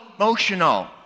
emotional